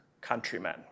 countrymen